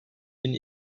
bin